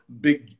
big